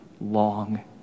long